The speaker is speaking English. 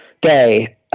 day